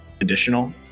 additional